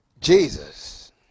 Jesus